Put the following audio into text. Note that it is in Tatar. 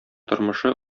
тормышы